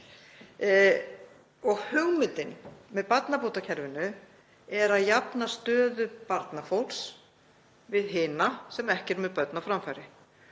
Hugmyndin með barnabótakerfinu er að jafna stöðu barnafólks og hinna sem ekki eru með börn á framfæri.